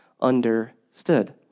understood